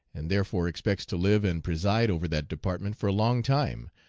and therefore expects to live and preside over that department for a long time,